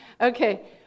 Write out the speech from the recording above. Okay